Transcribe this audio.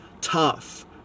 tough